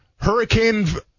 hurricane